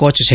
coach છે